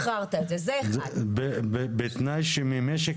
אני חושבת שבאמת יש לנו אנשים שהיו שם כל